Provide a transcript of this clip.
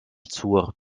zur